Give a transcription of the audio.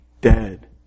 dead